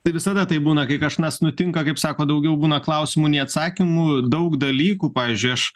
tai visada taip būna kai kažnas nutinka kaip sako daugiau būna klausimų nei atsakymų daug dalykų pavyzdžiui aš